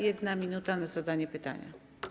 1 minuta na zadanie pytania.